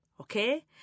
okay